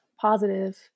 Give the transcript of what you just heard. positive